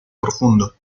profundo